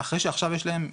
אחרי שעכשיו יש להם פיקוח,